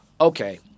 okay